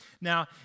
Now